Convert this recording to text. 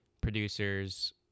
producers